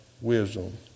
wisdom